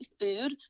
food